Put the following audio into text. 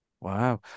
wow